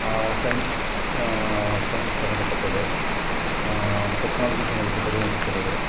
science science சம்மந்தப்பட்டது technology சம்மந்தப்பட்டதும் இருக்கிறது